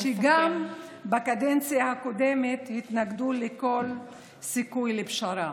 מי שגם בקדנציה הקודמת התנגדו לכל סיכוי לפשרה.